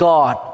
God